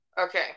Okay